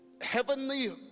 heavenly